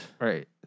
right